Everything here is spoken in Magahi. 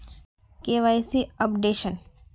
KYC updation?